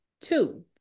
Two